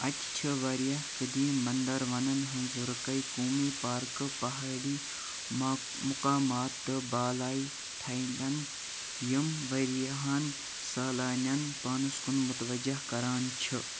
اتہِ چھِ واریاہ قدیٖم منٛدر ونَن ہٕنٛز رُكے قومی پارکہٕ پہٲڑی ما مُقامات تہٕ بالٲیی تھاینَن یم وارِیاہن سٲلانٮ۪ن پانس کُن متوجہ کَران چھِ